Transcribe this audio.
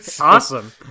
awesome